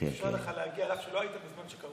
ואפשר לך להגיע, אף שלא היית בזמן שקראו בשמך.